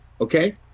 okay